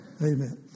Amen